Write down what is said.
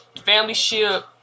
family-ship